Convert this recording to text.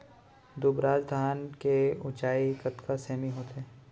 दुबराज धान के ऊँचाई कतका सेमी होथे?